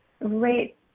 right